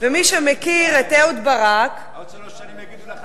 ומי שמכיר את אהוד ברק, עוד שלוש שנים יגידו לך: